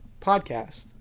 Podcast